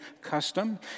custom